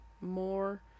More